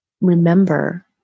remember